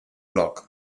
bloc